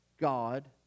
God